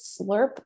slurp